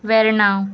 Verna